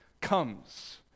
comes